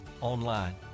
online